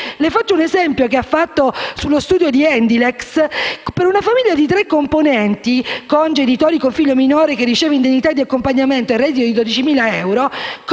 Le faccio un esempio che ha fatto sullo studio di HandyLex: una famiglia di tre componenti, composta cioè da due genitori con un figlio minore, che riceve l'indennità di accompagnamento e un reddito di 12.000 euro,